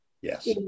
Yes